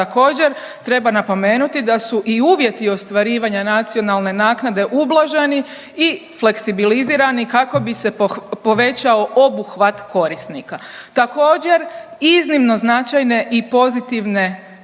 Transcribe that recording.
također treba napomenuti da su i uvjeti ostvarivanja nacionalne naknade ublaženi i fleksibilizirani kako bi se povećao obuhvat korisnika. Također iznimno značajne i pozitivne promjene